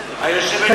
אני במקום כל הסיעה.